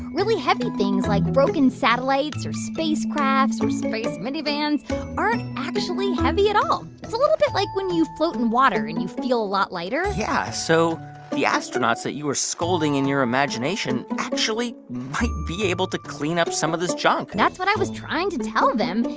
really heavy things, like broken satellites or spacecrafts or space minivans aren't actually heavy at all. it's a little bit like when you float in water and you feel a lot lighter yeah. so the astronauts that you were scolding in your imagination actually might be able to clean up some of this junk that's what i was trying to tell them.